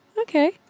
Okay